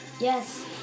Yes